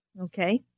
Okay